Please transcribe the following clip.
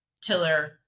Tiller